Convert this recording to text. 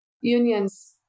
unions